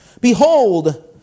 Behold